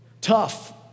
Tough